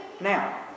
Now